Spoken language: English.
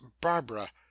barbara